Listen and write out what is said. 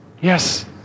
Yes